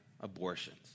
abortions